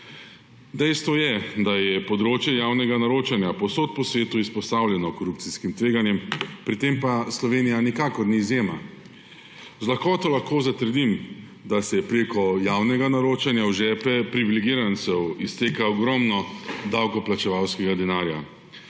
Dejstvo je, da je področje javnega naročanja povsod po svetu izpostavljeno korupcijskim tveganjem, pri tem pa Slovenija nikakor ni izjema. Z lahkoto lahko zatrdim, da se prek javnega naročanja v žepe privilegirancev izteka ogromno davkoplačevalskega denarja.